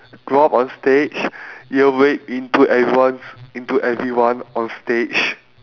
go up on stage ear rape into everyone's into everyone on stage